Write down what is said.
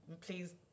please